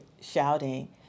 shouting